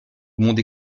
monde